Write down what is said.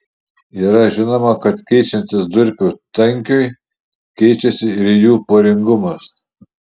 yra žinoma kad keičiantis durpių tankiui keičiasi ir jų poringumas